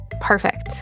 Perfect